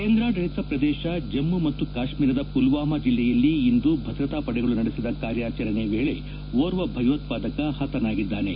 ಕೇಂದ್ರಾಡಳಿತ ಪ್ರದೇಶವಾದ ಜಮ್ಮು ಮತ್ತು ಕಾಶ್ಮೀರದ ಪುಲ್ವಾಮಾ ಜಿಲ್ಲೆಯಲ್ಲಿ ಇಂದು ಭದ್ರತಾ ಪಡೆಗಳು ನಡೆಸಿದ ಕಾರ್ಯಾಚರಣೆ ವೇಳೆ ಓರ್ವ ಭಯೋತ್ಪಾದಕ ಹತನಾಗಿದ್ದಾನೆ